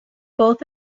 both